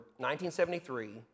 1973